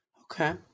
Okay